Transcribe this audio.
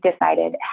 decided